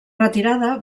retirada